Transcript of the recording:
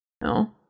No